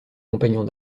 compagnons